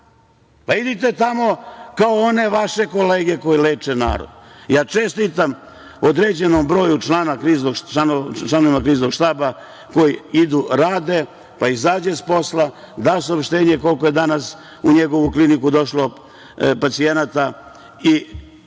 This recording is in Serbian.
Pa idite tamo kao one vaše kolege koje leče narod. Ja čestitam određenom broju članova Kriznog štaba koji idu, rade, pa izađe s posla, da se obaveštenje koliko je danas u njegovu kliniku došlo pacijenata i takvi